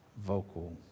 Vocal